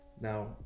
Now